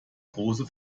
große